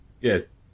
Yes